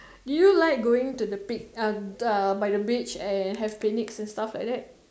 do you like going to the pic uh by the beach and have picnic and stuff like that